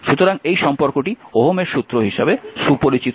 সুতরাং এই সম্পর্কটিই 'ওহমের সূত্র' হিসাবে সুপরিচিত হয়